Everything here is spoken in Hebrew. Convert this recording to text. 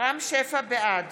בעד